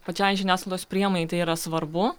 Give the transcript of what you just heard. pačiai žiniasklaidos priemonei tai yra svarbu